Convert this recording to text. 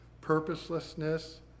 purposelessness